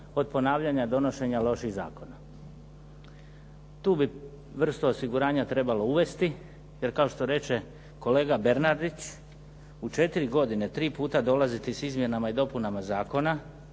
od ponavljanja donošenja loših zakona. Tu bi vrstu osiguranja trebalo uvesti, jer kao što reče kolega Bernardić, u 4 godine 3 puta dolaziti s izmjenama i dopunama zakona